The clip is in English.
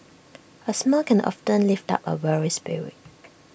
A smile can often lift up A weary spirit